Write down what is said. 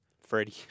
Freddie